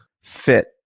fit